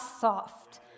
soft